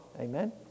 Amen